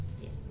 Yes